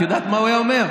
את יודעת מה הוא היה אומר?